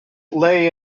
lay